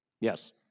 Yes